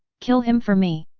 kill him for me!